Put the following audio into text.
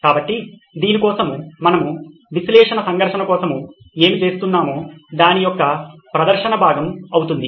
కాబట్టి దీని కోసం మనము విశ్లేషణ సంఘర్షణ కోసం ఏమి చేస్తున్నామో దాని యొక్క ప్రదర్శన భాగం అవుతుంది